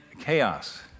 chaos